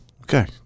Okay